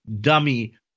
dummy